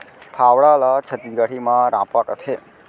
फावड़ा ल छत्तीसगढ़ी म रॉंपा कथें